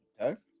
Okay